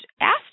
asked